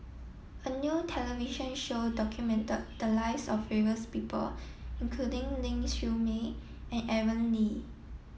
a new television show documented the lives of various people including Ling Siew May and Aaron Lee